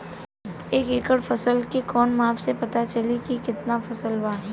एक एकड़ फसल के कवन माप से पता चली की कितना फल बा?